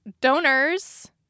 donors